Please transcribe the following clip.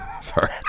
Sorry